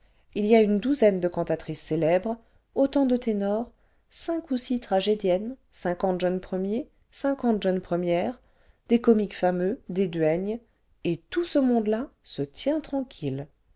il y a une douzaine de cantatrices célèbres autant de ténors cinq ou six tragédiennes cinquante jeunes premiers cinquante jeunes premières des comiques fameux des duègnes et tout ce monde-là se tient tranquille